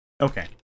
Okay